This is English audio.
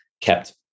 kept